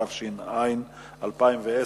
התש"ע 2010,